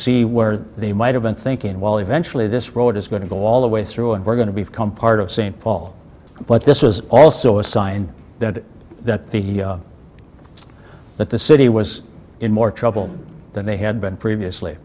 see where they might have been thinking well eventually this road is going to go all the way through and we're going to be come part of st paul but this was also a sign that that the that the city was in more trouble than they had been previously